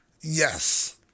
Yes